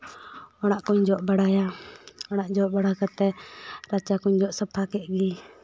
ᱚᱲᱟᱜ ᱠᱚᱹᱧ ᱡᱚᱜ ᱵᱟᱲᱟᱭᱟ ᱚᱲᱟᱜ ᱡᱚᱜ ᱵᱟᱲᱟ ᱠᱟᱛᱮ ᱨᱟᱪᱟ ᱠᱚᱹᱧ ᱡᱚᱜ ᱥᱟᱯᱷᱟ ᱠᱮᱜ ᱜᱮ